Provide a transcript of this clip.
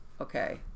okay